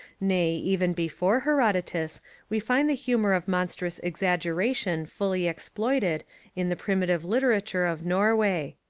nay, even before herodotus we find the humour of monstrous exaggeration fully exploited in the primitive literature of norway.